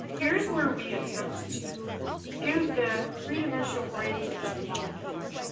here's where we attempt to give the three-dimensional orientation of molecules.